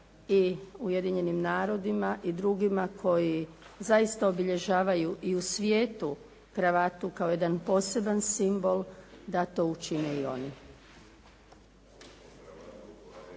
i Ujedinjenim narodima i drugima koji zaista obilježavaju i u svijetu kravatu kao jedan poseban simbol da to učine i oni.